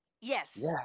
Yes